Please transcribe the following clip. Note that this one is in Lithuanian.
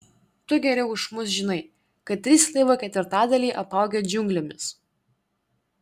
tu geriau už mus žinai kad trys laivo ketvirtadaliai apaugę džiunglėmis